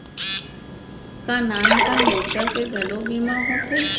का नान कन लइका के घलो बीमा होथे?